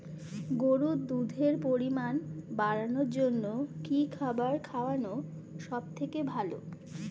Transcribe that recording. গরুর দুধের পরিমাণ বাড়ানোর জন্য কি খাবার খাওয়ানো সবথেকে ভালো?